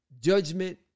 judgment